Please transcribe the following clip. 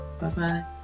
Bye-bye